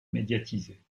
médiatisé